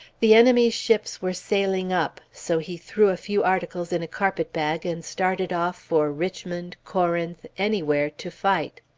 the enemy's ships were sailing up so he threw a few articles in a carpet-bag and started off for richmond, corinth, anywhere, to fight.